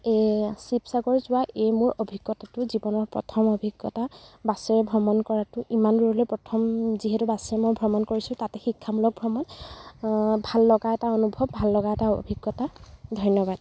এই শিৱসাগৰ যোৱা এই মোৰ অভিজ্ঞতাটো জীৱনৰ প্ৰথম অভিজ্ঞতা বাছেৰে ভ্ৰমণ কৰাতো ইমান দূৰলৈ প্ৰথম যিহেতু বাছেৰে মই ভ্ৰমণ কৰিছোঁ তাতে শিক্ষামূলক ভ্ৰমণ ভাললগা এটা অনুভৱ ভাললগা এটা অভিজ্ঞতা ধন্যবাদ